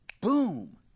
boom